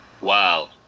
Wow